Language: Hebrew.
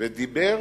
ודיבר